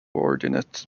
ordinate